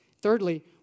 Thirdly